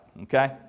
okay